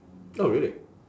oh really